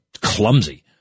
clumsy